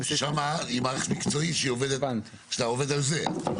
ששם היא מערכת מקצועית, שאתה עובד על זה.